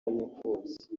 b’imfubyi